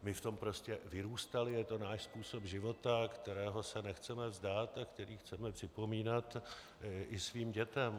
My v tom prostě vyrůstali, je to náš způsob života, kterého se nechceme vzdát a který chceme připomínat i svým dětem.